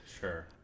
sure